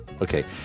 Okay